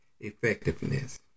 effectiveness